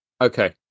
Okay